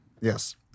Yes